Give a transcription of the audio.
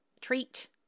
treat